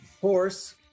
horse